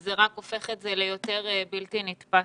זה רק הופך את זה ליותר בלתי נתפס.